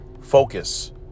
focus